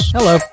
Hello